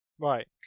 Right